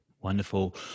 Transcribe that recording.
Wonderful